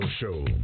Show